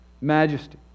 majesty